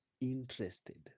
interested